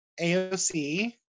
AOC